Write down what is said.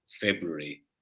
February